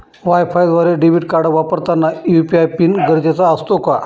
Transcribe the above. वायफायद्वारे debit card वापरताना UPI PIN गरजेचा असतो का?